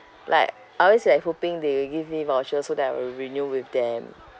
like I always like hoping they will give me voucher so that I will renew with them